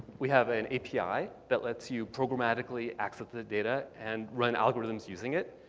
we have an api that lets you programmatically access the data and run algorithms using it.